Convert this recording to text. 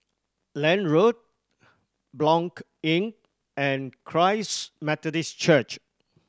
Lange Road Blanc Inn and Christ Methodist Church